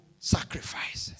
Sacrifice